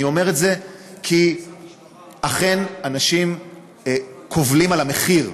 אני אומר את זה כי אכן אנשים קובלים על המחיר,